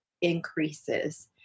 increases